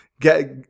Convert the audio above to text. get